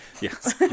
Yes